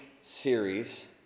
series